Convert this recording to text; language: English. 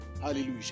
hallelujah